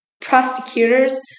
prosecutors